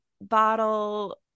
bottle